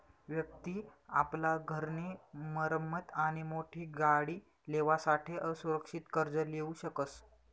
व्यक्ति आपला घर नी मरम्मत आणि मोठी गाडी लेवासाठे असुरक्षित कर्ज लीऊ शकस